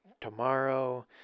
tomorrow